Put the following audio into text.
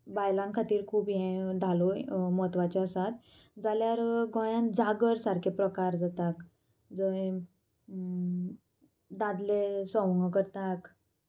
बायलां खातीर खूब हें धालो म्हत्वाचो आसा जाल्यार गोंयांत जागर सारके प्रकार जातात जंय दादले सवंगां करतात